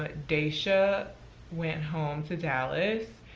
ah daisha went home to dallas,